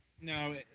No